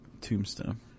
tombstone